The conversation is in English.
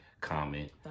comment